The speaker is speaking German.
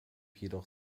jedoch